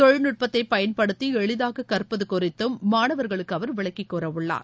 தொழில்நுட்பத்தை பயன்படுத்தி எளிதாகக் கற்பது குறித்தும் மாணவர்களுக்கு அவர் விளக்கிக் கூறவுள்ளார்